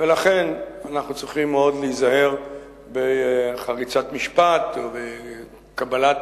ולכן אנחנו צריכים מאוד להיזהר בחריצת משפט ובקבלת